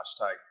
hashtag